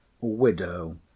Widow